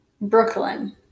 Brooklyn